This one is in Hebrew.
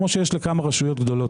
כמו שיש היום לכמה רשויות גדולות.